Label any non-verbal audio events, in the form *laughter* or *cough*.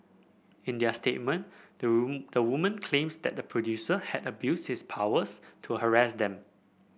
in their statement the *unintelligible* the women claims that the producer had abused his powers to harass them